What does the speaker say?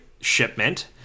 shipment